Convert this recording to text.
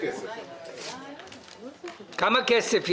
הקרקעות הן פרטיות ולא מגלים מי אוחז בהן.